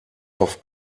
auf